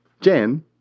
Jan